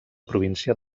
província